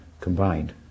combined